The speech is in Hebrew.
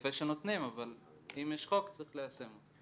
יפה שנותנים, אבל אם יש חוק, צריך ליישם אותו.